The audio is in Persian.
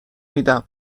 میدمهر